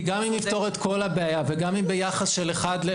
כי גם אם נפתור את כל הבעיה וגם אם ביחס של 1 ל-,